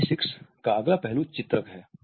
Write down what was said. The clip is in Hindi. किनेसिक्स का अगला पहलू चित्रक हैं